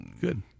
good